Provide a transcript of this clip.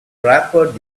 wrapper